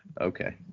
okay